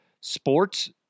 sports